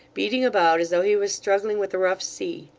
beating about as though he was struggling with a rough sea.